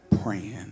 praying